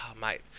mate